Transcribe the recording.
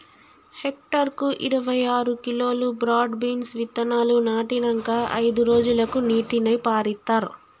hectare కు ఇరవై ఆరు కిలోలు బ్రాడ్ బీన్స్ విత్తనాలు నాటినంకా అయిదు రోజులకు నీటిని పారిత్తార్